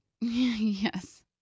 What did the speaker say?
yes